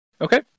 Okay